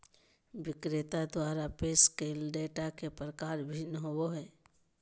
विक्रेता द्वारा पेश कइल डेटा के प्रकार भिन्न होबो हइ